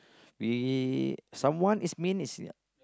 we someone is mean is